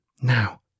Now